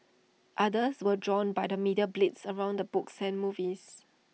others were drawn by the media blitz around the books and movies